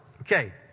Okay